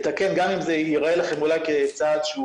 לתקן, גם אם זה ייראה לכם אולי כצעד שהוא